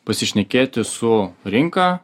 pasišnekėti su rinka